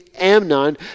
Amnon